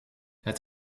het